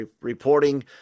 reporting